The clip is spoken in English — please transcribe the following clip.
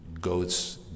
Goats